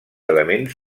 elements